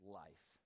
life